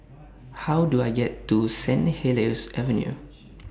How Do I get to Saint Helier's Avenue